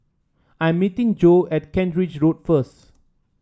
I'm meeting Jo at Kent Ridge Road first